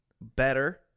better